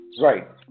Right